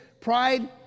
Pride